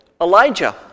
Elijah